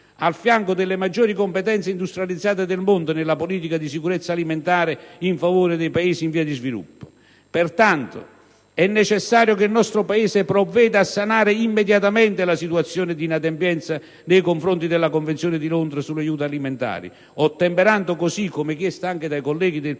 al fianco delle maggiori potenze industrializzate del mondo, nella politica di sicurezza alimentare in favore dei Paesi in via di sviluppo. Pertanto, è necessario che il nostro Paese provveda a sanare immediatamente la situazione di inadempienza nei confronti della Convenzione di Londra sugli aiuti alimentari, ottemperando - così come chiesto anche dai colleghi del PD con